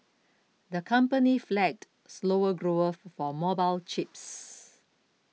the company flagged slower growth for mobile chips